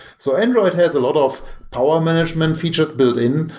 so android has a lot of power management features build in,